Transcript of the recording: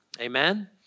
amen